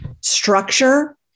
structure